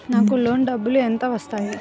నాకు లోన్ డబ్బులు ఎంత వస్తాయి?